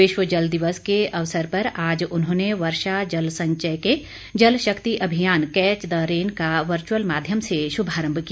विश्व जल दिवस के अवसर पर आज उन्होंने वर्षा जल संचय के जल शक्ति अभियान कैच द रेन का वर्चुअल माध्यम से शुभारंभ किया